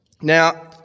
Now